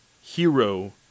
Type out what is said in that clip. hero